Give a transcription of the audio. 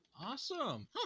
awesome